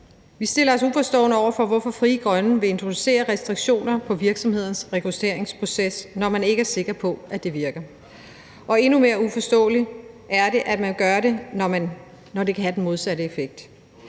Vi stiller os uforstående over for, hvorfor Frie Grønne vil introducere restriktioner på virksomheders rekrutteringsproces, når man ikke er sikker på, at det virker. Og endnu mere uforståeligt er det, at man gør det, når det kan have den modsatte effekt.